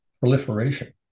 proliferation